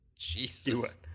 Jesus